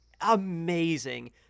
amazing